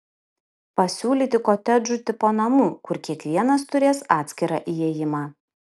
pasiūlyti kotedžų tipo namų kur kiekvienas turės atskirą įėjimą